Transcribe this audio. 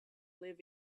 live